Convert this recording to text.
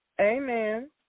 Amen